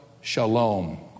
Shalom